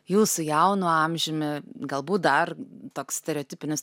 jūsų jaunu amžiumi galbūt dar toks stereotipinis